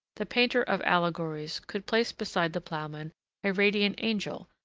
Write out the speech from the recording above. the painter of allegories could place beside the ploughman a radiant angel,